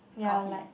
coffee